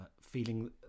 feeling